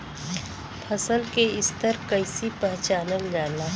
फसल के स्तर के कइसी पहचानल जाला